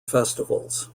festivals